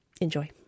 Enjoy